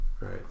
Right